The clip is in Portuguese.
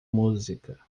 música